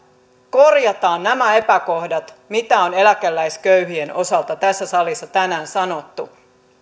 korjataan nämä epäkohdat mitä on eläkeläisköyhien osalta tässä salissa tänään sanottu